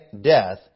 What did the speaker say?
death